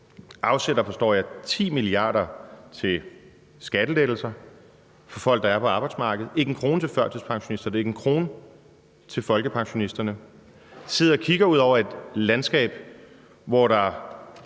afsætter, forstår jeg, 10 mia. kr. til skattelettelser for folk, der er på arbejdsmarkedet, ikke en krone til førtidspensionisterne og ikke en krone til folkepensionisterne, og sidder og kigger ud over et landskab, hvor der